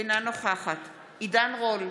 אינה נוכחת עידן רול,